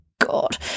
god